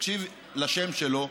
תקשיב לשם שלו: